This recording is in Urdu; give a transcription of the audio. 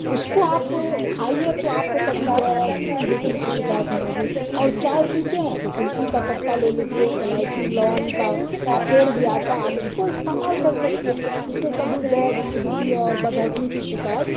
اس کو آپ کھائیے تو آپ کو کبھی گیس ایسیڈیٹی کی شکایت نہیں ہوگی اور چائے پیتے ہیں تو تلسی کا پتہ لے لیجیے الائچی لونگ کا آپ پیڑ بھی آتا ہے آپ اس کو استعمال کر سکتے ہیں جس سے کبھی گیس ایسیڈیٹی اور بد ہضمی کی شکایت